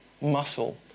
muscle